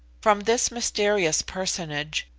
from this mysterious personage,